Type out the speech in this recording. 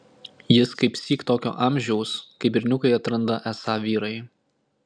jis kaipsyk tokio amžiaus kai berniukai atranda esą vyrai